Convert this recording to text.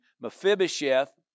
Mephibosheth